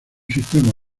sistema